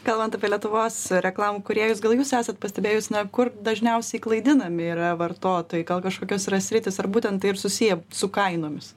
kalbant apie lietuvos reklamų kūrėjus gal jūs esat pastebėjusi na kur dažniausiai klaidinami yra vartotojai gal kažkokios yra sritys ar būtent tai ir susiję su kainomis